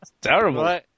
terrible